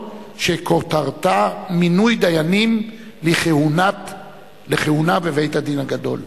שכותרתה: מינוי דיינים לכהונה בבית-הדין הגדול.